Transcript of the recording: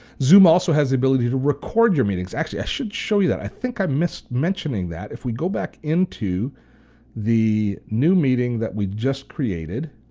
zoom also has the ability to record your meetings. actually, i should show you that, i think i missed mentioning that. if we go back into the new meeting that we just created,